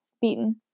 beaten